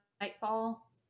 nightfall